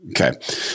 Okay